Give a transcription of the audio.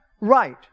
right